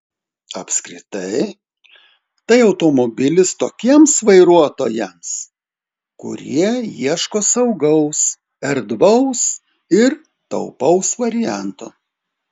apskritai tai automobilis tokiems vairuotojams kurie ieško saugaus erdvaus ir taupaus varianto